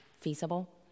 feasible